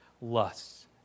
lusts